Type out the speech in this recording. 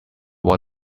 what